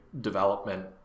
development